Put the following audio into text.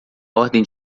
ordem